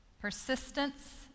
persistence